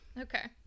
Okay